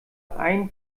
ein